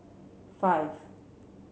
five